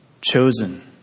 Chosen